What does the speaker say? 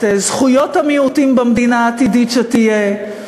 את זכויות המיעוטים במדינה העתידית שתהיה,